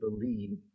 believe